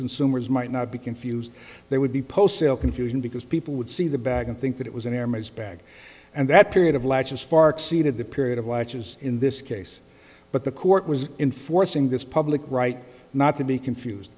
consumers might not be confused they would be post confusion because people would see the back and think that it was an airman is back and that period of latches far exceeded the period of watches in this case but the court was in forcing this public right not to be confused